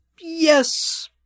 Yes